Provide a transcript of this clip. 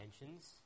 intentions